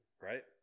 right